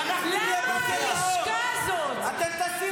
אמרו פעם שחיילי צה"ל אנסו.